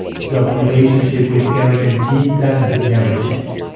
the relationship with eric and team, that has never changed.